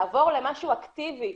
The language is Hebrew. לעבור למשהו אקטיבי,